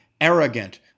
arrogant